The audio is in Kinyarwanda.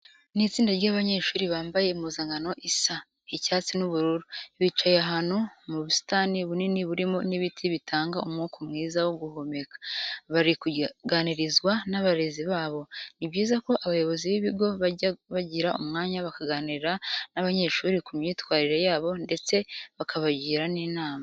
Ni itsinda ry'abanyeshuri bambaye impuzankano isa icyatsi n'ubururu. Bicaye ahantu mu busitani bunini burimo n'ibiti bitanga umwuka mwiza wo guhumeka, bari kuganirizwa n'abarezi babo. Ni byiza ko abayobozi b'ibigo bajya bagira umwanya bakaganira n'abanyeshuri ku myitwarire yabo ndetse bakabagira n'inama.